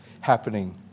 happening